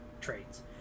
trades